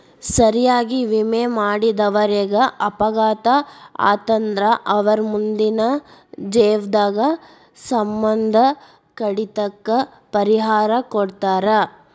ಸರಿಯಾಗಿ ವಿಮೆ ಮಾಡಿದವರೇಗ ಅಪಘಾತ ಆತಂದ್ರ ಅವರ್ ಮುಂದಿನ ಜೇವ್ನದ್ ಸಮ್ಮಂದ ಕಡಿತಕ್ಕ ಪರಿಹಾರಾ ಕೊಡ್ತಾರ್